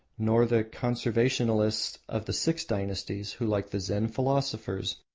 nor the conversationalists of the six dynasties who, like the zen philosophers,